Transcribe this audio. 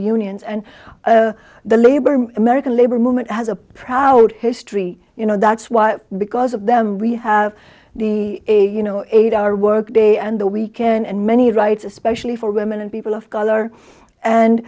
unions and the labor american labor movement has a proud history you know that's what because of them we have a you know eight hour work day and the weekend and many rights especially for women and people of color and